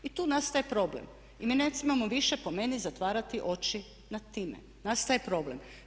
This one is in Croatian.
I tu nastaje problem i mi ne smijemo više po meni zatvarati oči nad time, nastaje problem.